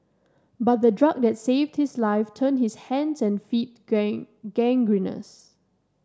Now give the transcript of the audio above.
but the drug that saved his life turned his hands and feet gangrenous